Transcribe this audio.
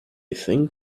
think